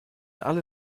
alle